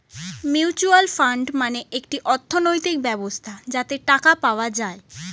mutual fund মানে একটি অর্থনৈতিক ব্যবস্থা যাতে টাকা পাওয়া যায়